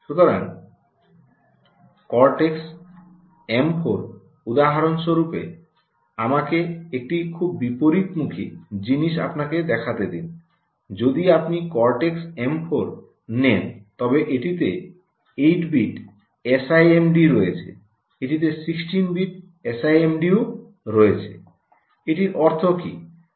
সুতরাং cortex M 4 উদাহরণস্বরূপ আমাকে একটি খুব বিপরীতমুখী জিনিস আপনাকে দেখাতে দিন যদি আপনি কর্টেক্স এম 4 নেন তবে এটিতে 8 বিট এসআইএমডি রয়েছে এটিতে 16 বিট এসআইএমডিও রয়েছে এটির অর্থ কি